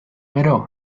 gero